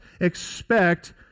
expect